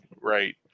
Right